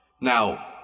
Now